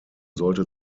sollte